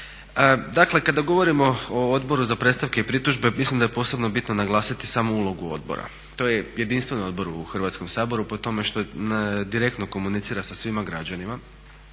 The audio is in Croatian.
Dakle, kada govorimo o Odboru za predstavke i pritužbe mislim da je posebno bitno naglasiti samu ulogu odbora. To je jedinstven odbor u Hrvatskom saboru, po tome što direktno komunicira sa svim građanima,